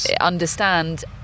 understand